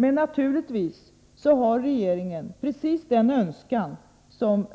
Men naturligtvis har regeringen en önskan att uppnå det som